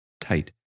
tight